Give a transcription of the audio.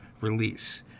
release